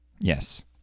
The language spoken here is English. yes